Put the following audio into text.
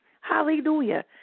Hallelujah